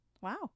Wow